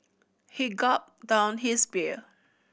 he gulped down his beer